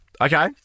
Okay